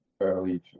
early